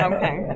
Okay